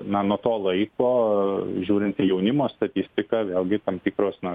na nuo to laiko žiūrint į jaunimo statistiką vėlgi tam tikros na